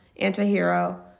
Antihero